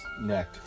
neck